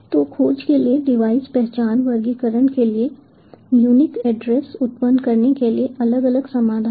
तो खोज के लिए डिवाइस पहचान वर्गीकरण के लिए यूनिक एड्रेस उत्पन्न करने के लिए अलग अलग समाधान हैं